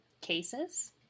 cases